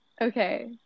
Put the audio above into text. Okay